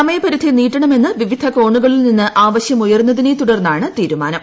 സമയപരിധിട്ടണമെന്ന് വിവിധ കോണുകളിൽ നിന്ന് ആവശ്യം ഉയർന്നതിനെ ത്തുടർന്നാണ് തീരുമാനം